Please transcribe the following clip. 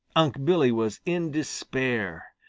unc' billy was in despair.